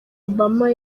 obama